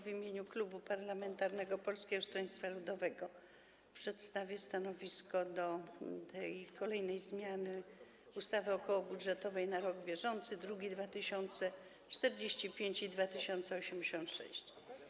W imieniu Klubu Parlamentarnego Polskiego Stronnictwa Ludowego przedstawię stanowisko w sprawie kolejnej zmiany ustawy okołobudżetowej na rok bieżący, druki nr 2045 i 2086.